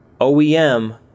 OEM